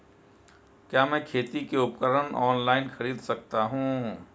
क्या मैं खेती के उपकरण ऑनलाइन खरीद सकता हूँ?